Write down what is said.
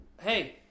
hey